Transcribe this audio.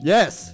Yes